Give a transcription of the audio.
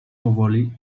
powoli